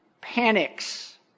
panics